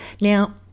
Now